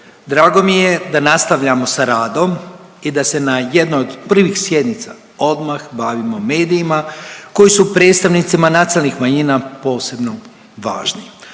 Drago mi je da nastavljamo sa radom i da se na jednoj od prvoj sjednica odmah bavimo medijima koji su predstavnicima nacionalnih manjina posebno važni.